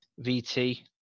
VT